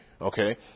Okay